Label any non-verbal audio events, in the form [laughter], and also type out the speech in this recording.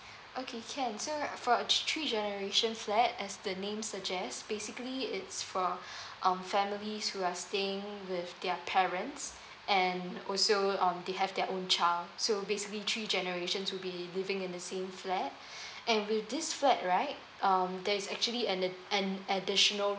okay can so for a thr~ three generations flat as the name suggests basically it's for [breath] um families who are staying with their parents and also um they have their own child so basically three generations would be living in the same flat [breath] and with this flat right um there's actually an add~ an additional